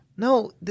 No